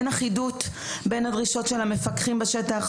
אין אחידות בין הדרישות של המפקחים בשטח.